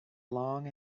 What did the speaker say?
long